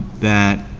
that,